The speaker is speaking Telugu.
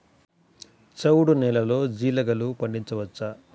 చవుడు నేలలో జీలగలు పండించవచ్చా?